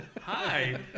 hi